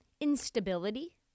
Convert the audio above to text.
instability